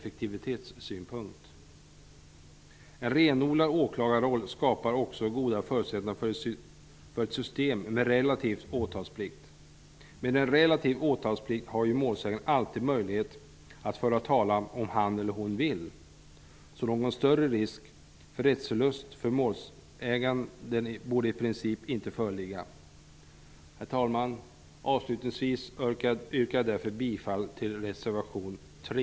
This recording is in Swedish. En renodlad åklagarroll skapar också goda förutsättningar för ett system med relativ åtalsplikt. Med en relativ åtalsplikt har ju målsäganden alltid möjlighet att föra talan om han eller hon vill, så någon större risk för rättsförlust för målsäganden borde i princip inte föreligga. Herr talman! Avslutningsvis yrkar jag därför bifall till reservation 3.